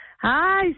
Hi